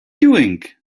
doing